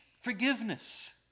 forgiveness